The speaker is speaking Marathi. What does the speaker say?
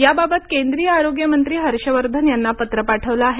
याबाबत केंद्रीय आरोग्यमंत्री हर्षवर्धन यांना पत्र पाठविले आहे